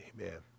Amen